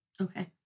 Okay